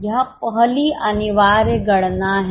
यह पहली अनिवार्य गणना है